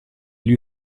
lui